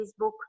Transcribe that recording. Facebook